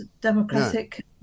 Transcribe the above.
democratic